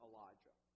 Elijah